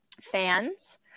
fans